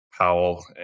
Powell